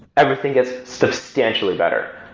everything gets substantially better.